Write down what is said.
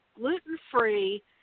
gluten-free